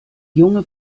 junge